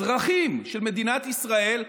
אזרחים של מדינת ישראל,